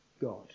God